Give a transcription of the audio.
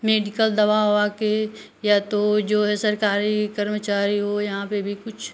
medical दवा ववा के या तो जो है सरकारी कर्मचारी हो यहाँ पर भी कुछ